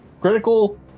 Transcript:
Critical